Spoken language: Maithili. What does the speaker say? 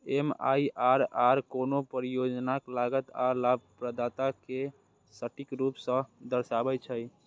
एम.आई.आर.आर कोनो परियोजनाक लागत आ लाभप्रदता कें सटीक रूप सं दर्शाबै छै